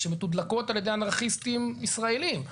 שמתודלקות על-ידי אנרכיסטים ישראלים,